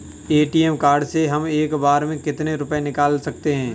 ATM card से हम एक बार में कितने रुपये निकाल सकते हैं?